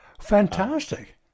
fantastic